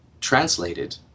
translated